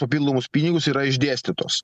papildomus pinigus yra išdėstytos